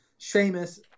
Seamus